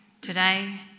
today